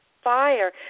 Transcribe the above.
Fire